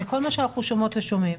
מכל מה שאנחנו שומעות ושומעים,